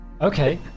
Okay